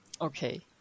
okay